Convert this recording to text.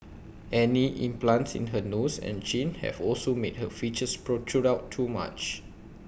any implants in her nose and chin have also made her features protrude out too much